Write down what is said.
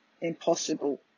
impossible